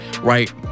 right